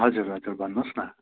हजुर हजुर भन्नोस् न